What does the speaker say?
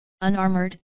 unarmored